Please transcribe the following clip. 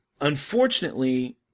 Unfortunately